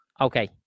Okay